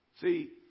See